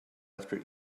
after